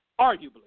Arguably